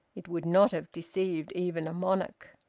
it would not have deceived even a monarch.